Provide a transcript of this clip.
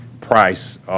price